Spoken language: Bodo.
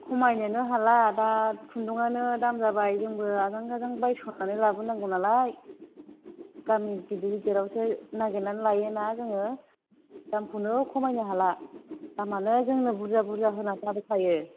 खमायनोनो हाला दा खुन्दुंआनो दाम जाबाय जोंबो आजां गाजां बायस'नानै लाबोनांगौनालाय गामि गिदिर गिदिरआवसो नागेरनानै लायो ना जोङो दामखौनो खमायनो हाला दामानो जोंनो बुरजा बुरजा होनानैसो लाबोखायो